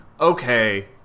okay